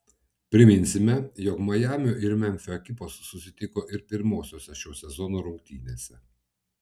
priminsime jog majamio ir memfio ekipos susitiko ir pirmosiose šio sezono rungtynėse